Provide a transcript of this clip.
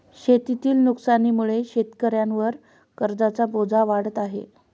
शेतीतील नुकसानीमुळे शेतकऱ्यांवर कर्जाचा बोजा वाढत आहे